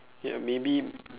ya maybe